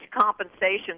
compensation